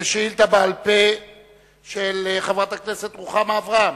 לשאילתא בעל-פה של חברת הכנסת רוחמה אברהם,